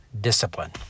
discipline